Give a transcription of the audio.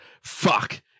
fuck